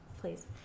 Please